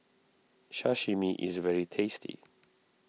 Sashimi is very tasty